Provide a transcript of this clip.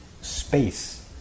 space